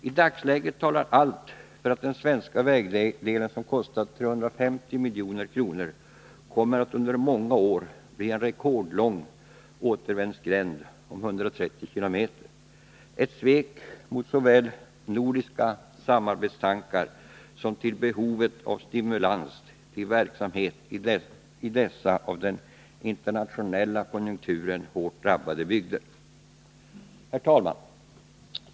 I dagsläget talar allt för att den svenska vägdelen, som kostat 350 milj.kr., kommer att under många år vara en rekordlång återvändsgränd om 130 km. Det är ett svek mot såväl nordiska samarbetstankar som behovet av stimulans till verksamhet i dessa av den internationella konjunkturen hårt drabbade bygder. Herr talman!